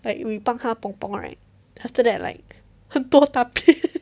like we 帮它 pong pong right then after that like 很多大便